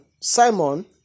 Simon